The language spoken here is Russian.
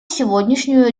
сегодняшнюю